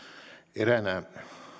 eräänä